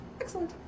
Excellent